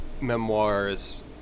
memoirs